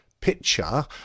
picture